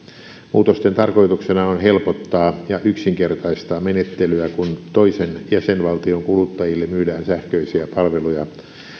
muutosten tarkoituksena on helpottaa ja yksinkertaistaa menettelyä kun toisen jäsenvaltion kuluttajille myydään sähköisiä palveluja